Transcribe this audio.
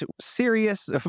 serious